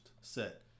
set